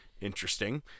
Interesting